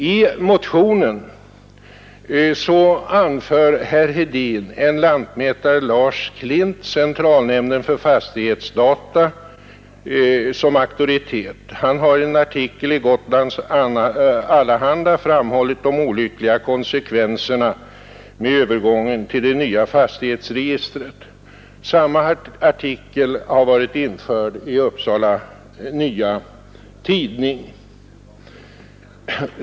I motionen nämner herr Hedin en lantmätare Lars Klint, centralnämnden för fastighetsdata, som auktoritet. Denne har genom en artikel i Gotlands Allehanda framhållit en hel del olyckliga konsekvenser med en övergång till det nya fastighetsregistret. Samma artikel har också varit införd i Upsala Nya Tidning.